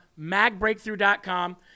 magbreakthrough.com